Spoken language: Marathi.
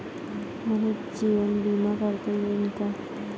मले जीवन बिमा काढता येईन का?